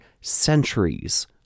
centuries